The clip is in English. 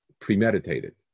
premeditated